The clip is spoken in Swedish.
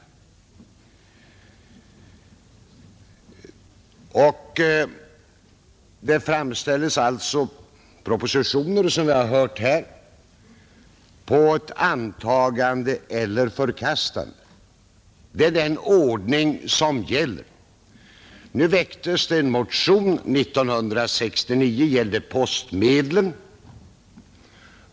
Som vi har hört här framställs propositioner på antagande eller förkastande. Det är alltså den ordning som gäller.